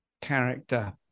character